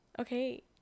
okay